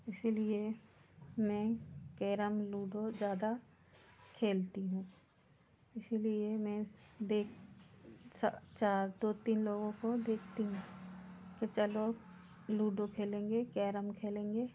इसीलिए मैं carrom ludo ज़्यादा खेलती हूँ इसलिए मैं देख चार दो तीन लोगों को देखती हूँ कि चलो लूडो खेलेंगे कैरम खेलेंगे